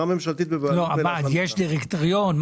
יש דירקטוריון?